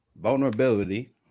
vulnerability